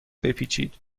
بپیچید